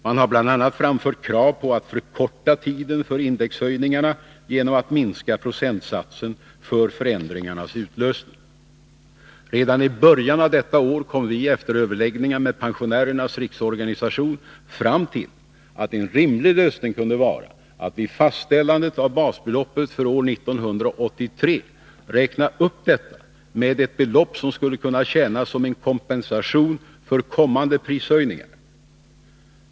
Man har bl.a. framfört krav på att förkorta tiden mellan indexhöjningarna genom att minska procentsatsen för utlösning av förändringen. Redan i början av detta år kom vi efter överläggningar med Pensionärernas riksorganisation fram till att en rimlig lösning kunde vara att vid fastställande av basbeloppet för 1983 räkna upp detta med ett belopp som skulle tjäna som kompensation för kommande prishöjningar.